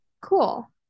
Cool